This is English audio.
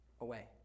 away